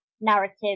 narrative